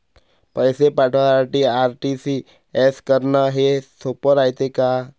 पैसे पाठवासाठी आर.टी.जी.एस करन हेच सोप रायते का?